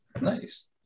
Nice